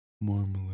Marmalade